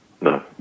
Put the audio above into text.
No